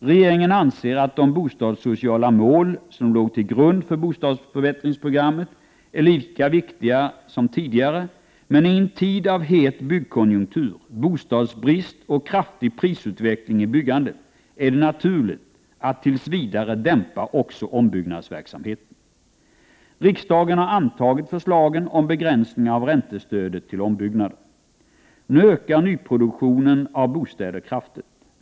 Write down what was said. Regeringen anser att de bostadssociala mål som låg till grund för bostasförbättringsprogrammet är lika viktiga som tidigare, men i en tid av het byggkonjunktur, bostadsbrist och kraftig prisutveckling i byggandet är det naturligt att tills vidare dämpa också ombyggnadsverksamheten. Nu ökar nyproduktionen av bostäder kraftigt.